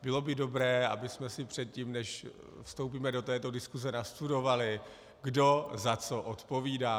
Bylo by dobré, abychom si předtím, než vstoupíme do této diskuse, nastudovali, kdo za co odpovídá.